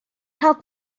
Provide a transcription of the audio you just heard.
cael